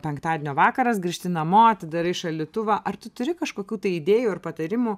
penktadienio vakaras grįžti namo atidarai šaldytuvą ar tu turi kažkokių tai idėjų ir patarimų